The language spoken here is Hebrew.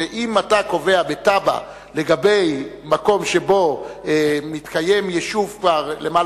שאם אתה קובע בתב"ע לגבי מקום שבו מתקיים יישוב כבר למעלה